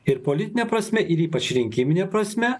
ir politine prasme ir ypač rinkimine prasme